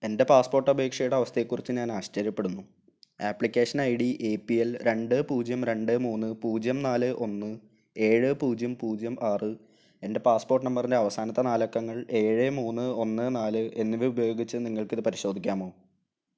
എൻ്റെ പാസ്പോർട്ട് അപേക്ഷയുടെ അവസ്ഥയെക്കുറിച്ച് ഞാൻ ആശ്ചര്യപ്പെടുന്നു application I D A P L രണ്ട് പൂജ്യം രണ്ട് മൂന്ന് പൂജ്യം നാല് ഒന്ന് ഏഴ് പൂജ്യം പൂജ്യം ആറ് എൻ്റെ പാസ്പോർട്ട് നമ്പറിൻ്റെ അവസാനത്തെ നാല് അക്കങ്ങൾ ഏഴ് മൂന്ന് ഒന്ന് നാല് എന്നിവ ഉപയോഗിച്ച് നിങ്ങൾക്ക് ഇത് പരിശോധിക്കാമോ